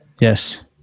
Yes